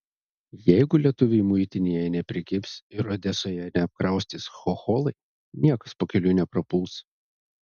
jeigu lietuviai muitinėje neprikibs ir odesoje neapkraustys chocholai niekas pakeliui neprapuls